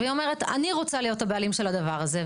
והיא אומרת אני רוצה להיות הבעלים של הדבר הזה.